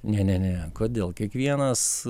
ne ne ne kodėl kiekvienas